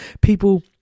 people